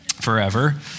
forever